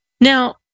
Now